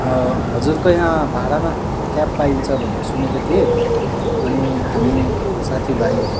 हजुरको यहाँ भाडामा क्याब पाइन्छ भनेको सुनेको थिएँ अनि हामी साथीभाइ